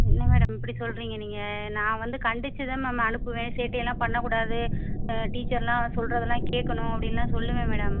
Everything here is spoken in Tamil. என்ன மேடம் இப்படி சொல்றிங்க நீங்கள் நான் வந்து கண்டித்து தான் மேம் அனுப்புவேன் சேட்டை எல்லாம் பண்ணக்கூடாது டீச்சர்லாம் சொல்றதெலாம் கேட்கணும் அப்படின்லாம் சொல்லுவேன் மேடம்